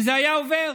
וזה היה עובר.